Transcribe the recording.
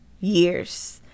years